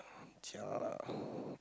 jialat